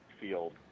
field